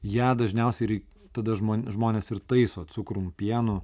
ją dažniausiai ir tada žmon žmonės ir taiso cukrum pienu